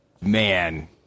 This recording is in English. man